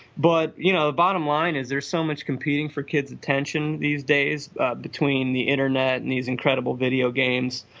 but you know the bottom line is there so much competing for kids attention these days between the internet, and these incredible video games,